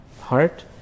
heart